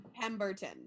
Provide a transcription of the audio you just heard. Pemberton